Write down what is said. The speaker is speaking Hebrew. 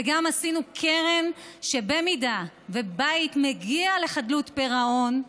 וגם עשינו קרן שאם בית מגיע לחדלות פירעון,